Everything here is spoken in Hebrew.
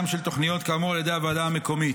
של תוכניות כאמור על ידי הוועדה המקומית.